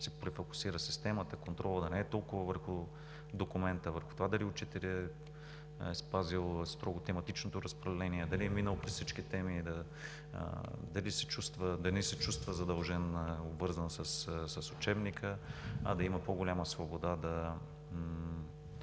да се префокусира системата – контролът да не е толкова върху документа, върху това дали учителят е спазил строго тематичното разпределение, дали е минал през всичките теми, да не се чувства задължен, обвързан с учебника, а да има по-голяма свобода да